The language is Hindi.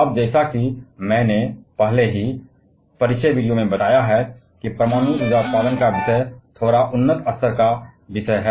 अब जैसा कि मैंने पहले ही परिचय वीडियो में बताया है कि परमाणु ऊर्जा उत्पादन का विषय थोड़ा उन्नत स्तर का विषय है